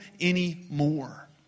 anymore